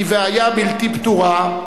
כבעיה בלתי פתורה,